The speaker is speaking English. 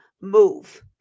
move